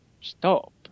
Stop